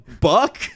buck